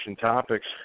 topics